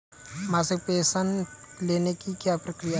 मासिक पेंशन लेने की क्या प्रक्रिया है?